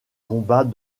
combats